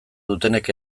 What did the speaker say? dutenek